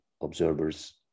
observers